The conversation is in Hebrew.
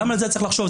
גם על זה צריך לחשוב,